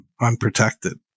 unprotected